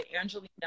Angelina